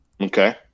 Okay